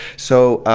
so, um,